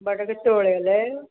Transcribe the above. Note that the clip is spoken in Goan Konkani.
बटाट किदें तयळेळे